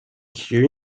here